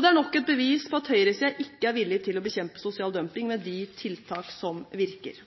Det er nok et bevis på at høyresiden ikke er villig til å bekjempe sosial dumping med de tiltakene som virker.